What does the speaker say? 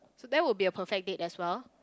so that would be a perfect date as well